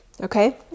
Okay